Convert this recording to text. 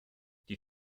die